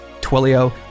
Twilio